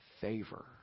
favor